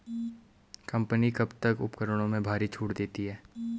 Company कब कब उपकरणों में भारी छूट देती हैं?